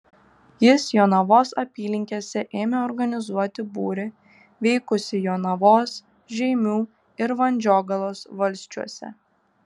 jis jonavos apylinkėse ėmė organizuoti būrį veikusį jonavos žeimių ir vandžiogalos valsčiuose